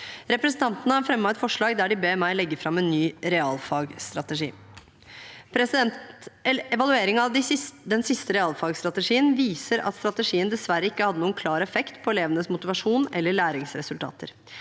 Representantene har fremmet et forslag der de ber meg legge fram en ny realfagsstrategi. Evalueringen av den siste realfagsstrategien viser at strategien dessverre ikke hadde noen klar effekt på elevenes motivasjon eller læringsresultater.